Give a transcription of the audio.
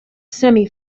semi